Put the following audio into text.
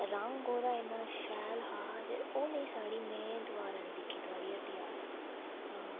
रंग ओह्दा इन्ना शैल हा ते ओह् नेही साड़ी मै दोबारा नी दिखी थुआढ़ी हट्टी दा